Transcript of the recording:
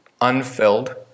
unfilled